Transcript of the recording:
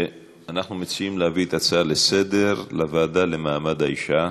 אנחנו מציעים להעביר את ההצעות לסדר-היום לוועדה לקידום מעמד האישה.